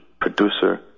producer